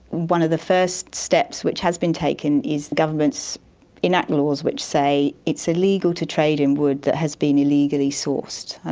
one of the first steps which has been taken is governments enact laws which say it's illegal to trade in wood that has been illegally sourced. and